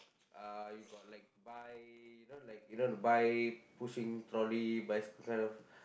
uh you got like bi~ you know like the bi~ pushing trolley bicycle kind of